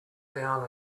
down